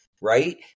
right